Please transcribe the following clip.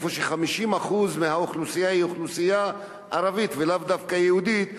ששם 50% מהאוכלוסייה היא אוכלוסייה ערבית ולאו דווקא יהודית,